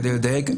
כדי לדייק.